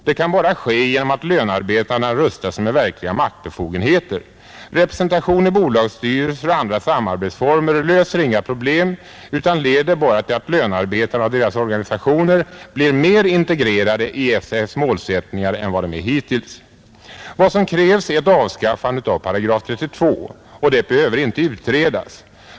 Det kan bara ske genom att lönarbetarna rustar sig med verkliga maktbefogenheter. Representation i bolagsstyrelser och andra samarbetsformer löser inga problem utan leder bara till att lönarbetarna och deras organisationer blir mer integrerade i SAF :s målsättningar än vad de har varit hittills. Vad som krävs är ett avskaffande av § 32, och det behöver inte utredas.